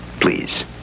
Please